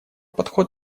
подход